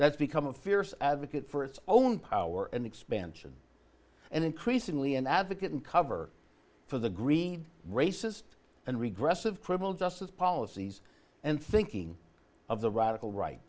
that's become a fierce advocate for its own power and expansion and increasingly an advocate and cover for the greed racist and regressive criminal justice policies and thinking of the radical right